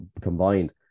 combined